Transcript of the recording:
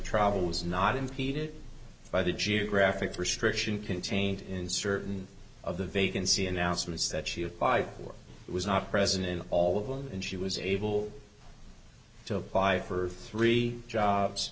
travel is not impeded by the geographic restriction contained in certain of the vacancy announcements that she applied or was not present in all of them and she was able to apply for three jobs